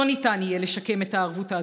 לא ניתן יהיה לשקם את הערבות ההדדית.